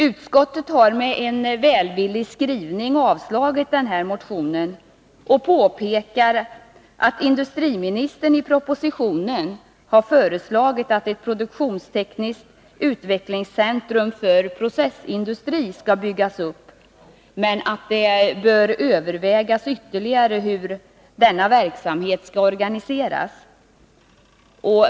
Utskottet har med en välvillig skrivning avstyrkt motionen, och man påpekar att industriministern i propositionen har föreslagit att ett produktionstekniskt utvecklingscentrum för processindustri skall byggas upp. Men samtidigt bör man ytterligare överväga hur denna verksamhet skall organiseras.